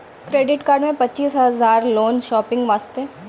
Credit card मे पचीस हजार हजार लोन शॉपिंग वस्ते?